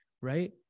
right